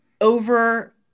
over